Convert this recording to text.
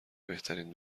بهترین